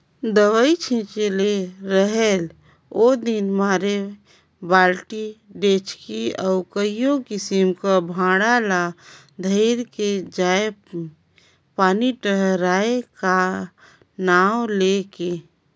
दवई छिंचे ले रहेल ओदिन मारे बालटी, डेचकी अउ कइयो किसिम कर भांड़ा ल धइर के जाएं पानी डहराए का नांव ले के